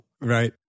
right